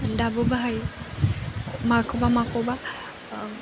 दाबो बाहायो माखौबा माखौबा